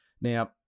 now